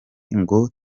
ngo